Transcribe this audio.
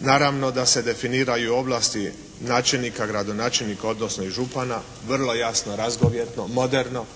Naravno da se definiraju ovlasti načelnika, gradonačelnika, odnosno i župana vrlo jasno, razgovjetno, moderno,